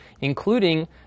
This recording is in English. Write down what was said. including